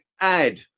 add